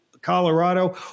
Colorado